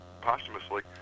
posthumously